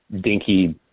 dinky